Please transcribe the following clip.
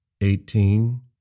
Eighteen